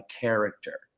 character